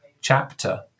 chapter